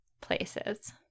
places